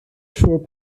siŵr